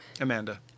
Amanda